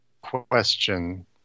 Question